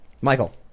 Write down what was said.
Michael